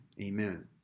Amen